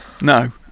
No